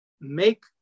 make